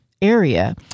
Area